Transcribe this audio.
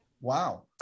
Wow